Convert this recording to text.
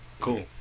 Cool